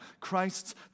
Christ's